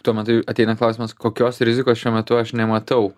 tuo metu ateina klausimas kokios rizikos šiuo metu aš nematau